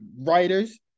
writers